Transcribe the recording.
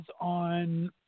on